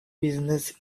business